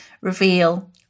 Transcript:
reveal